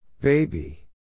Baby